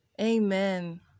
Amen